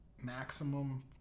maximum